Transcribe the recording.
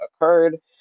occurred